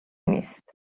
نیست